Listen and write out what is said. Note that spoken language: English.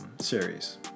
series